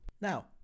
Now